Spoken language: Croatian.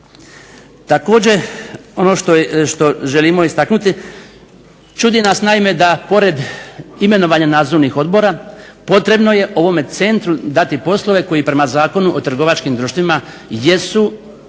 Također ono što želimo istaknuti, čudi nas naime da pored imenovanja nadzornih odbora potrebno je ovome centru dati poslove koji prema Zakonu o trgovačkim društvima jesu